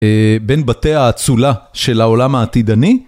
בין בתי האצולה של העולם העתידני.